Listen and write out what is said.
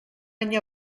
any